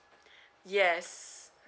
yes